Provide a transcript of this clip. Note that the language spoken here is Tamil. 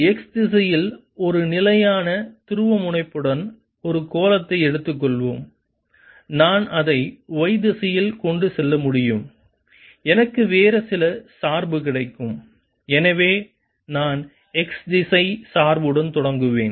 X திசையில் ஒரு நிலையான துருவமுனைப்புடன் ஒரு கோளத்தை எடுத்துக்கொள்வோம் நான் அதை y திசையில் கொண்டு செல்ல முடியும் எனக்கு வேறு சில சார்பு கிடைக்கும் எனவே நான் x திசை சார்புடன் தொடங்குவேன்